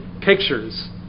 pictures